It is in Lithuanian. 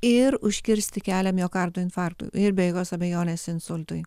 ir užkirsti kelią miokardo infarktui ir be jokios abejonės insultui